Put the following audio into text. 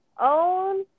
own